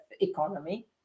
economy